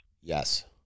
Yes